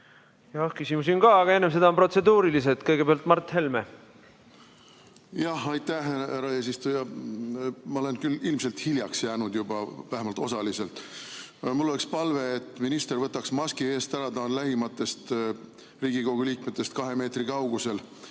Küsimusi on ka, aga enne seda on protseduurilised. Kõigepealt Mart Helme. Aitäh, härra eesistuja! Ma olen küll ilmselt hiljaks jäänud juba, vähemalt osaliselt, aga mul on palve, et minister võtaks maski eest – ta on lähimatest Riigikogu liikmetest kahe meetri kaugusel